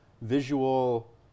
visual